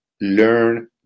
learn